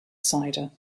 cider